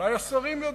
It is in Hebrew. אולי השרים יודעים.